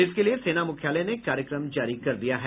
इसके लिए सेना मुख्यालय ने कार्यक्रम जारी कर दिया है